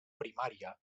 primària